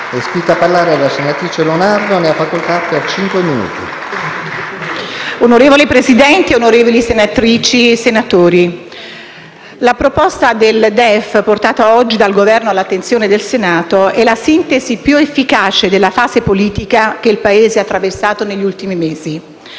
Signor Presidente, onorevoli senatrici e senatori, la proposta del DEF portata oggi dal Governo all'attenzione del Senato è la sintesi più efficace della fase politica che il Paese ha attraversato negli ultimi mesi.